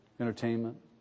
entertainment